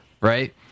right